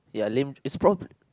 ya lame it's prob~